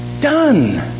done